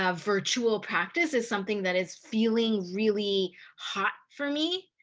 ah virtual practice is something that is feeling really hot for me,